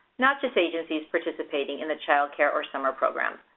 not just agencies participating in the child care or summer programs.